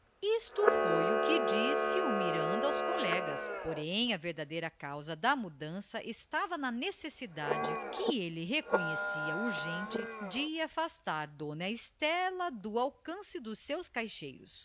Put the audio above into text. isto foi o que disse o miranda aos colegas porém a verdadeira causa da mudança estava na necessidade que ele reconhecia urgente de afastar dona estela do alcance dos seus caixeiros